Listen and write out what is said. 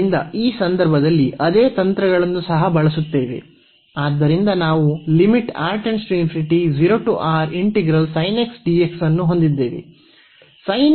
ಆದ್ದರಿಂದ ಈ ಸಂದರ್ಭದಲ್ಲಿ ಅದೇ ತಂತ್ರಗಳನ್ನು ಸಹ ಬಳಸುತ್ತೇವೆ ಆದ್ದರಿಂದ ನಾವುಅನ್ನು ಹೊಂದಿದ್ದೇವೆ